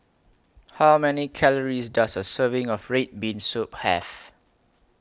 How Many Calories Does A Serving of Red Bean Soup Have